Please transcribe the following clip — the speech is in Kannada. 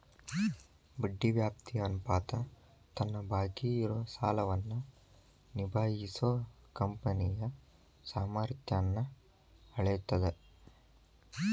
ಬಡ್ಡಿ ವ್ಯಾಪ್ತಿ ಅನುಪಾತ ತನ್ನ ಬಾಕಿ ಇರೋ ಸಾಲವನ್ನ ನಿಭಾಯಿಸೋ ಕಂಪನಿಯ ಸಾಮರ್ಥ್ಯನ್ನ ಅಳೇತದ್